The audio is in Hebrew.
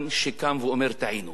שקם ואומר: טעינו.